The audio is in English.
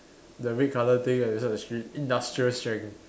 the red colour thing that is on the street industrial strength